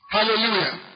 Hallelujah